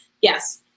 Yes